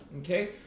Okay